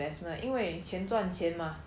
mm